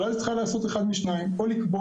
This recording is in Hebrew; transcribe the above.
אבל אז היא צריכה לעשות אחד משניים: או לקבוע